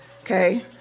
Okay